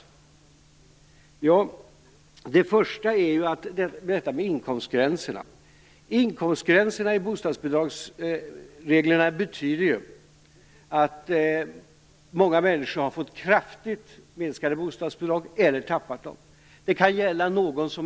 Det första är detta med inkomstgränserna. Inkomstgränserna i bostadsbidragsreglerna betyder att många människor har fått kraftigt minskade bostadsbidrag eller att de har förlorat dem.